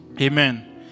Amen